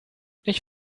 ich